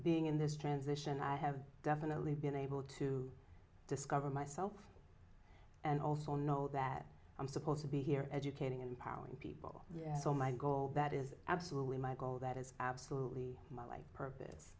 being in this transition i have definitely been able to discover myself and also know that i'm supposed to be here educating and empowering people so my goal that is absolutely my goal that is absolutely my life purpose